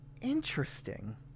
interesting